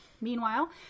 Meanwhile